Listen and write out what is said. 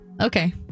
Okay